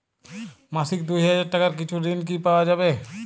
মাসিক দুই হাজার টাকার কিছু ঋণ কি পাওয়া যাবে?